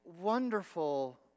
wonderful